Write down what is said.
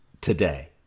today